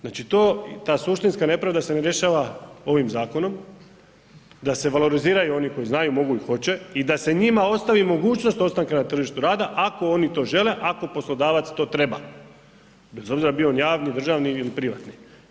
Znači ta suštinska nepravda se ne rješava ovim zakonom, da se valoriziraju oni koji znaju, mogu i hoće i da se njima ostavi mogućnost ostanka na tržištu rada ako oni to žele, ako poslodavac to treba, bez obzira bio on javni, državni ili privatni.